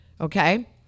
Okay